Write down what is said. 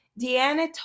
Deanna